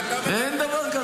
עכשיו אתה --- אין דבר כזה.